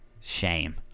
Shame